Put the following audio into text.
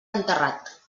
enterrat